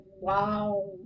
wow